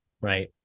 right